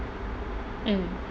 mm